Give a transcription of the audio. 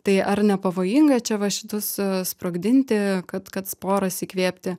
tai ar nepavojinga čia va šitus sprogdinti kad kad sporas įkvėpti